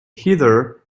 heather